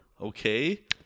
okay